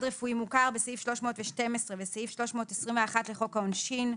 רפואי מוכר" בסעיף 312 וסעיף 321 לחוק העונשין,